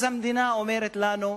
אז המדינה אומרת לנו: